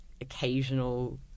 occasional